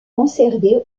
conservé